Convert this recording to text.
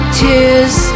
tears